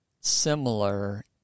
similar